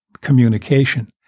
communication